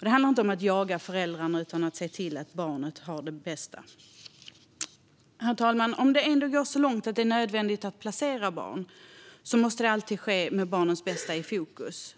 Det handlar inte om att jaga föräldrarna utan om att se till att barnet har det bra. Herr talman! Om det ändå går så långt att det blir nödvändigt att placera barn måste det alltid ske med barnets bästa i fokus.